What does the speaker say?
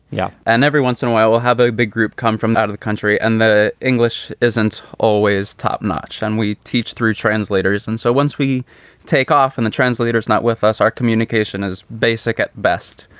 yeah. and every once in a while we'll have a big group come from out of the country. and the english isn't always top notch and we teach through translators. and so once we take off and the translator is not with us, our communication is basic at best.